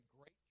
great